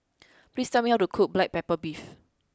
please tell me how to cook black pepper beef